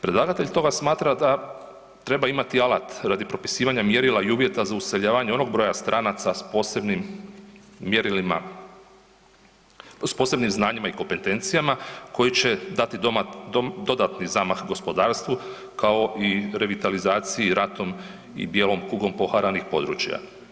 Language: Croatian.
Predlagatelj stoga smatra da treba imati alat radi propisivanja mjerila i uvjeta za useljavanje onog broja stranaca s posebnim znanjima i kompetencijama koji će dati dodatni zamah gospodarstvu kao i revitalizaciji ratom i bijelom kugom poharanih područja.